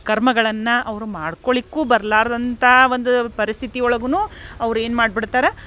ಕರ್ಮಗಳನ್ನು ಅವರು ಮಾಡ್ಕೊಳ್ಲಿಕ್ಕೂ ಬರ್ಲಾರದಂಥಾ ಒಂದು ಪರಿಸ್ಥಿತಿ ಒಳಗೂ ಅವ್ರು ಏನು ಮಾಡ್ಬಿಡ್ತಾರೆ